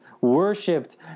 worshipped